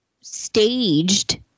staged